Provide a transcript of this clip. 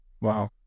Wow